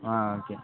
ஆ okay